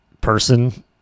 person